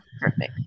Perfect